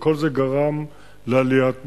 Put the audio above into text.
וכל זה גרם לעליית מחירים.